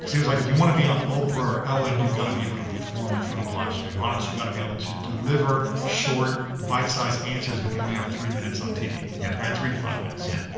cause he was like if you want to be on oprah or ellen, you've gotta be able to perform in front of a live studio audience, you gotta be able to deliver short bite sized answers, if you only have three minutes on tv, yeah right, three to five minutes. yeah.